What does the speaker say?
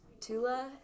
Tula